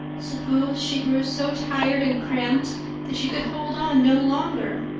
suppose she grew so tired and cramped that she could hold on no longer!